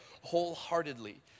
wholeheartedly